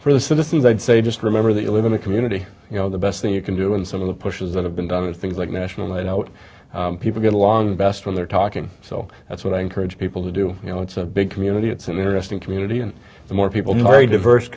for the citizens i'd say just remember that you live in a community you know the best thing you can do and some of the pushes that have been done is things like national i know people get along best when they're talking so that's what i encourage people to do you know it's a big community it's an interesting community and the more people more diverse